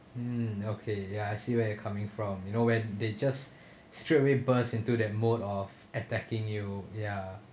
mm okay ya I see where you're coming from you know when they just straight away burst into that mode of attacking you ya